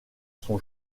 son